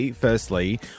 Firstly